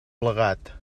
plegat